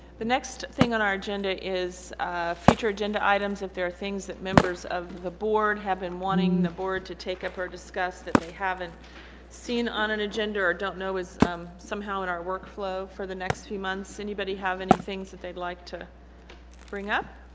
the next thing on our agenda is future agenda items. if there are things that members of the board have been wanting the board to take up or discuss that they haven't seen on an agenda or don't know is somehow in our workflow for the next few months. anybody have any things that they'd like to bring up?